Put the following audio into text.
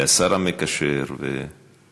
שר התיירות והשר המקשר ושר,